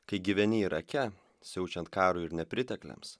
kai gyveni irake siaučiant karui ir nepritekliams